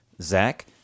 Zach